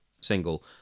single